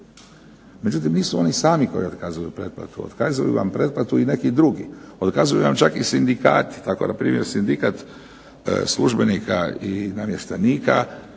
Međutim, nisu oni sami koji otkazuju pretplatu. Otkazuju vam pretplatu i neki drugi. Otkazuju vam čak i sindikati. Tako npr. Sindikat službenika i namještenika